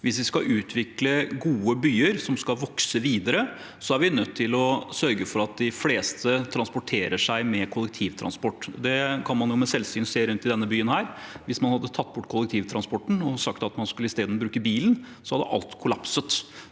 Hvis vi skal utvikle gode byer som skal vokse videre, er vi nødt til å sørge for at de fleste transporteres med kollektivtransport. Det kan man ved selvsyn se rundt i denne byen. Hvis man hadde tatt bort kollektivtransporten og sagt at man i stedet skulle bruke bilen, hadde alt kollapset.